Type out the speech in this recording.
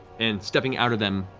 and stepping out of them,